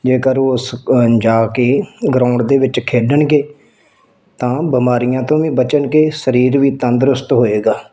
ਜੇਕਰ ਉਸ ਜਾ ਕੇ ਗਰਾਉਂਡ ਦੇ ਵਿੱਚ ਖੇਡਣਗੇ ਤਾਂ ਬਿਮਾਰੀਆਂ ਤੋਂ ਵੀ ਬਚਣਗੇ ਸਰੀਰ ਵੀ ਤੰਦਰੁਸਤ ਹੋਵੇਗਾ